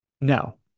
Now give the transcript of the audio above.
no